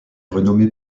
renommé